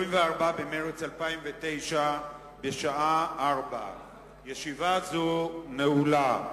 17 ביולי 2009". מי שמצביע בעד,